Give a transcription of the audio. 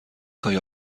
خواهی